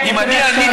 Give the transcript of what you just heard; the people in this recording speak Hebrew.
בוא תראה עכשיו,